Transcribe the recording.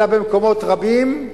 אלא במקומות רבים,